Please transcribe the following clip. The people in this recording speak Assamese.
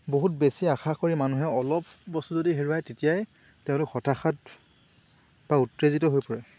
বহুত বেছি আশা কৰি মানুহে অলপ বস্তু যদি হেৰুৱায় তেতিয়াই তেওঁলোক হতাশাত বা উত্তেজিত হৈ পৰে